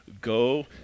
Go